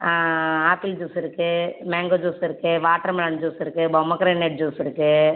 apple juice இருக்குது mango juice இருக்குது watermelon juice இருக்குது பொமக்ரேனட் ஜூஸ் இருக்குது